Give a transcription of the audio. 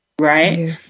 Right